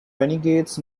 renegades